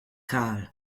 kahl